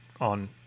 on